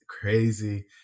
crazy